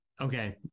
okay